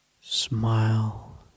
smile